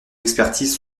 expertises